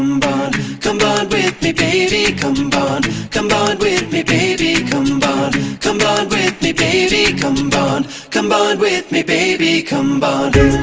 bond come bond with me baby, come bond come bond with me baby, come come bond come bond with me baby, come bond come bond with me baby, come bond